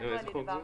איזה חוק זה?